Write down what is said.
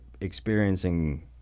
experiencing